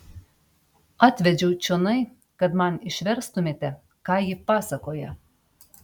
atvedžiau čionai kad man išverstumėte ką ji pasakoja